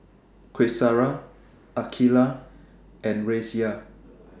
Qaisara Aqilah and Raisya